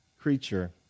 creature